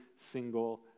single